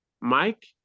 Mike